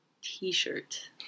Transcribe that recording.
t-shirt